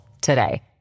today